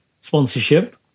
sponsorship